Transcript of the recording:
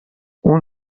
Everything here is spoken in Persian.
اون